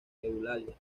eulalia